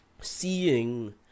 seeing